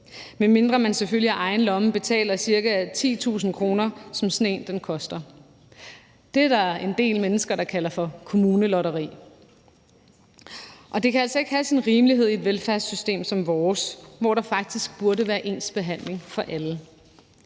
medmindre man selvfølgelig af egen lomme betaler cirka 10.000 kr., som sådan en koster. Det er der en del mennesker der kalder for kommunelotteri, og det kan altså ikke have sin rimelighed i et velfærdssystem som vores, hvor der faktisk burde være ens behandling for alle.